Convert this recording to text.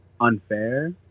unfair